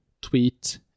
tweet